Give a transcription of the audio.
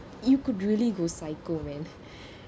you could really go psycho man